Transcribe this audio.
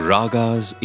Ragas